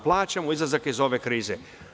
Plaćamo izlazak iz ove krize.